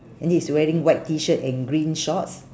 and he's wearing white T-shirt and green shorts